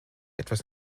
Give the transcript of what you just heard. etwas